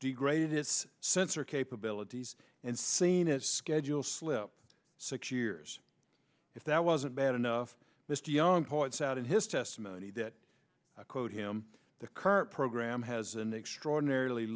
degrade its sensor capabilities and seen its schedule slip six years if that wasn't bad enough mr young poets out in his testimony that quote him the current program has an extraordinarily